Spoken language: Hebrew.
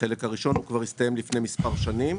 החלק הראשון כבר הסתיים לפני מספר שנים,